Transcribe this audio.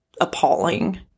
appalling